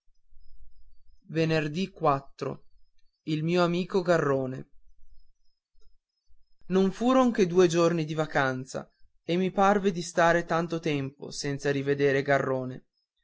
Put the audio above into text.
nessuno il mio amico arrone dì on furon che due giorni di vacanza e mi parve di star tanto tempo senza rivedere garrone